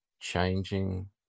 changing